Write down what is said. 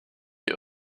die